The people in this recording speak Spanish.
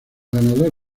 ganadores